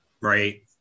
Right